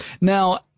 Now